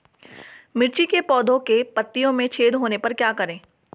मिर्ची के पौधों के पत्तियों में छेद होने पर क्या करें?